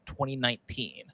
2019